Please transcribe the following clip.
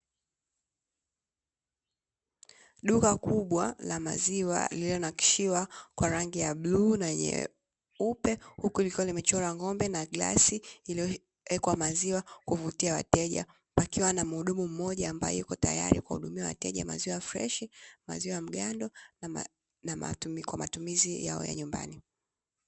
Duka kubwa la maziwa lililonakshiwa kwa rangi ya bluu na nyeupe, huku likiwa limechorwa ng'ombe na glasi iliyowekwa maziwa ili kuvutia wateja, kukiuwa na muhudumu mmoja ambae uko tayari kuhudumia wateja wa maziwa fresh na maziwa ya mgando kwa matumizi yao ya nyumbani.